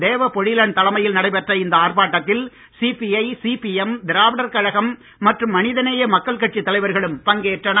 தேவ பொழிலன் தலைமையில் நடைபெற்ற இந்த ஆர்ப்பாட்டத்தில் சிபிஐ சிபிஎம் திராவிடர் கழகம் மற்றும் மனிதநேய மக்கள் கட்சித் தலைவர்களும் பங்கேற்றனர்